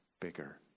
bigger